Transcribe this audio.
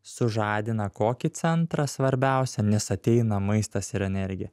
sužadina kokį centrą svarbiausią nes ateina maistas ir energija